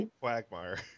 Quagmire